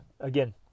again